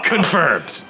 Confirmed